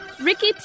Ricky